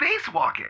spacewalking